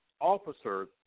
officers